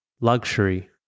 Luxury